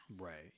Right